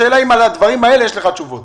השאלה אם על הדברים האלה יש לך תשובות.